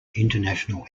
international